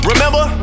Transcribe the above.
Remember